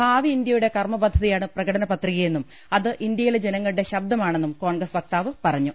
ഭാവി ഇന്ത്യ യുടെ കർമ പദ്ധതിയാണ് പ്രകടനപത്രികയെന്നും അത് ഇന്ത്യയിലെ ജന ങ്ങളുടെ ശബ്ദമാണെന്നും കോൺഗ്രസ് വക്താവ് പറഞ്ഞു